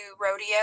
rodeo